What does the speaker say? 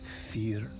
fear